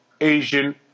Asian